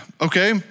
okay